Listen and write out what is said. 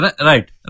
Right